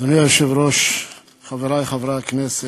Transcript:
אדוני היושב-ראש, חברי חברי הכנסת,